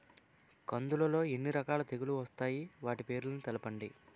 కందులు లో ఎన్ని రకాల తెగులు వస్తాయి? వాటి పేర్లను తెలపండి?